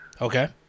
Okay